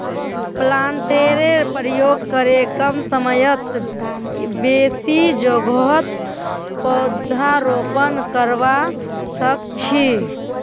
प्लांटरेर प्रयोग करे कम समयत बेसी जोगहत पौधरोपण करवा सख छी